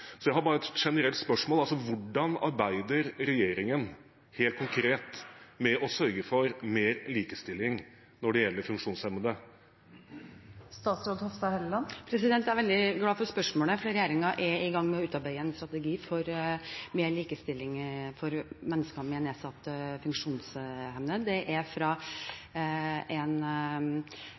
Jeg har et generelt spørsmål: Hvordan arbeider regjeringen helt konkret med å sørge for mer likestilling når det gjelder funksjonshemmede? Jeg er veldig glad for spørsmålet, for regjeringen er i gang med å utarbeide en strategi for mer likestilling for mennesker med nedsatt funksjonsevne. Det er etter en oppfordring fra Stortinget, en